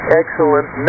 excellent